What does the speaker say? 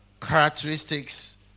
characteristics